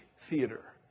theater